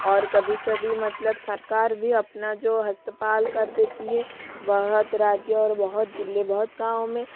और कभी कभी मतलब सरकार भी अपना जो अस्तपाल कर देती है बहुत राज्य और बहुत ज़िले बहुत गाँव में